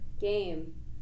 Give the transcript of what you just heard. game